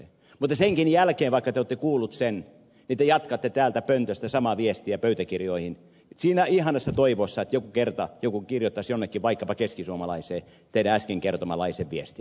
mutta senkin jälkeen vaikka te olette kuullut sen te jatkatte täältä pöntöstä samaa viestiä pöytäkirjoihin siinä ihanassa toivossa että joku kerta joku kirjoittaisi jonnekin vaikkapa keskisuomalaiseen teidän äsken kertomanlaisen viestin